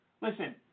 Listen